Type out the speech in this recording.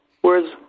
whereas